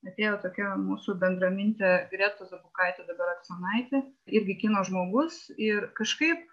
atėjo tokia mūsų bendramintė greta zabukaitė dabar aksonaitė irgi kino žmogus ir kažkaip